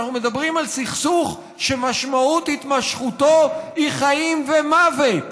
אנחנו מדברים על סכסוך שמשמעות התמשכותו היא חיים ומוות.